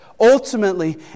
ultimately